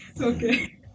Okay